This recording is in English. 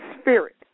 spirit